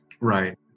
Right